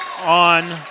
on